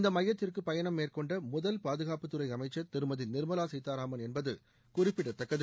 இந்த மையத்திற்கு பயணம் மேற்கொண்ட முதல் பாதுகாப்புத்துறை அமைச்சர் திருமதி நிர்மலா சீதாராமன் என்பது குறிப்பிடத்தக்கது